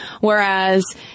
Whereas